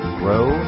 grow